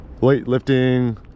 weightlifting